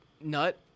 nut